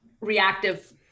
reactive